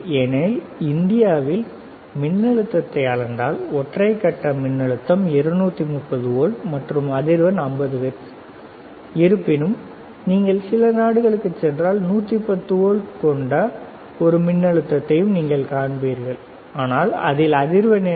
ஏனெனில் இந்தியாவில் மின்னழுத்தத்தை அளந்தால் ஒற்றை கட்ட மின்னழுத்தம் 230 வோல்ட் மற்றும் அதிர்வெண் 50 ஹெர்ட்ஸ் இருப்பினும் நீங்கள் சில நாடுகளுக்குச் சென்றால் 110 வோல்ட் கொண்ட ஒரு மின்னழுத்தத்தையும் நீங்கள் காண்பீர்கள் ஆனால் அதில் அதிர்வெண் என்ன